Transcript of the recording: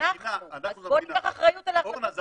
אז בוא ניקח אחריות על --- אורנה,